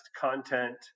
content